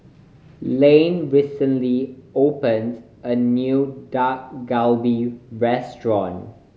Layne recently opened a new Dak Galbi Restaurant